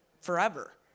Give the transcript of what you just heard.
forever